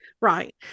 Right